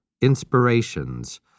inspirations